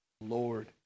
Lord